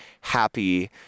happy